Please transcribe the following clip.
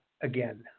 again